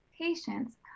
patience